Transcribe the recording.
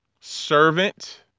servant